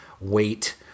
weight